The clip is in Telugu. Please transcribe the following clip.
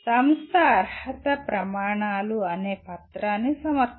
సంస్థ అర్హత ప్రమాణాలు అనే పత్రాన్ని సమర్పిస్తుంది